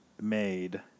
made